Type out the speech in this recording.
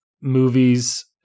movies